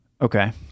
Okay